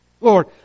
Lord